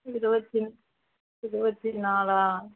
இருபத்தி இருபத்தி நாலா